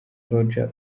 croidja